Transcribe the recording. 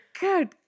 Good